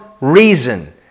reason